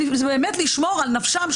באמת לשמור על נפשם,